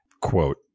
quote